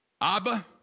Abba